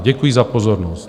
Děkuji za pozornost.